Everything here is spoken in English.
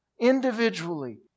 individually